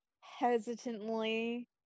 hesitantly